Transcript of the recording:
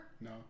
No